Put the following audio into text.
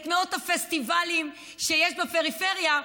את מאות הפסטיבלים שיש בפריפריה,